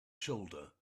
shoulder